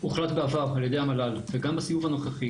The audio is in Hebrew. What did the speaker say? הוחלט בעבר על ידי המל"ל וגם בסיבוב הנוכחי